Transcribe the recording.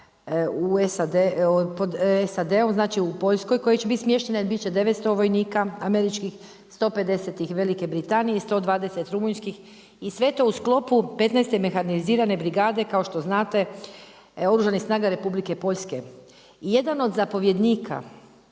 SAD-om, znači u Poljskoj koje će biti smještene biti će 900 vojnika američkih, 150 Velike Britanije i 120 Rumunjskih i sve to u sklopu 15.-te mehanizirane brigade, kao što znate oružanih snaga Republike Poljske. Jedan od zapovjednika,